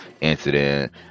incident